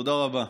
תודה רבה.